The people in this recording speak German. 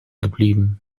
geblieben